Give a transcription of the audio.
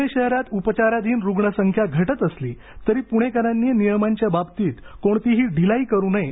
पुणे शहरात उपचाराधीन रुग्णसंख्या घटत असली तरी पुणेकरांनी नियमांच्या बाबतीत कोणतीही ढिलाई करु नये